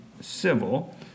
civil